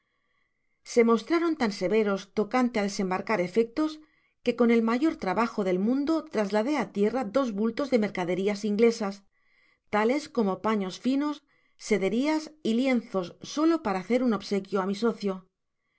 se mostraron tan severos tocante á desembarcar efectos que con el mayor trabajo del mundo trasladé á tierra dos bultos de mercaderias inglesas talescomo paños finos síderias y lienzos solo para hacer un obsequio á mi socio